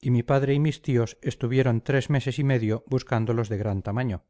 y mi padre y mis tíos estuvieron tres meses y medio buscándolos de gran tamaño